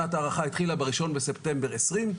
שנת ההערכה התחילה בראשון בספטמבר 2020,